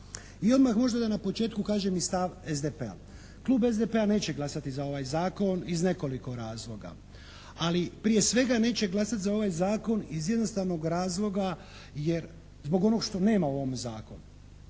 I odmah možda da na početku kažem i stav SDP-a. Klub SDP-a neće glasati za ovaj zakon iz nekoliko razloga, ali prije svega neće glasati za ovaj zakon iz jednostavnog razloga zbog onoga što nema u ovom zakonu.